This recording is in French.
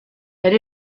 elle